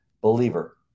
Believer